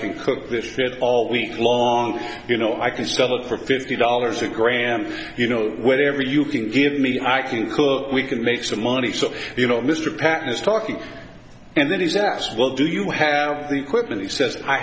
can cook this fair all week long you know i can sell it for fifty dollars a gram you know whatever you can give me i can cook we can make some money so you know mr pat is talking and then he's asked what do you have the equipment he says i